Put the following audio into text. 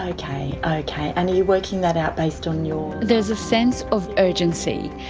ok, ok and are you working that out based on your. there is a sense of urgency.